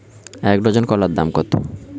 এক ডজন কলার দাম কত?